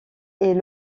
est